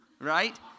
right